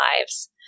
lives